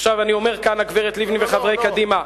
עכשיו אני אומר כאן לגברת לבני ולחברי קדימה,